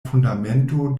fundamento